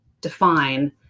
define